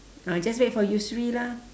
ah just wait for yusri lah